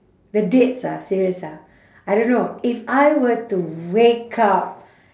the dates ah serious ah I don't know if I were to wake up